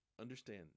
understand